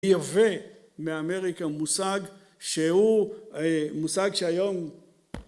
יביא מאמריקה מושג שהוא מושג שהיום